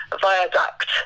Viaduct